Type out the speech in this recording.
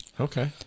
Okay